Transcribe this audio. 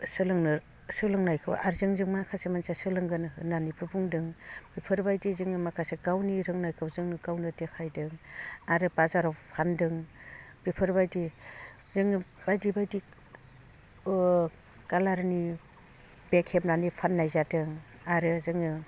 सोलोंनायखौ आरो जों माखासे मानसिया सोलोंगोन होननानैबो बुंदों बेफोरबायदि जों माखासे गावनि रोंनायखौ जों गावनो देखायदों आरो बाजाराव फान्दों बेफोरबायदि जों बायदि बायदि कालारनि बेग हेबनानै फाननाय जादों आरो जोङो